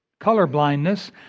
Colorblindness